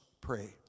pray